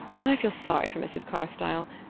i feel sorry for mrs. carstyle.